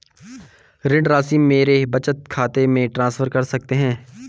ऋण राशि मेरे बचत खाते में ट्रांसफर कर सकते हैं?